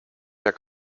jak